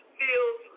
feels